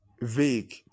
vague